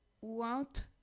want